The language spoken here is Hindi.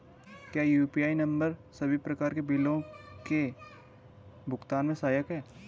क्या यु.पी.आई नम्बर सभी प्रकार के बिलों के भुगतान में सहायक हैं?